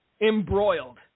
embroiled